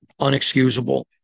Unexcusable